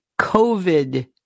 COVID